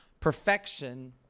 perfection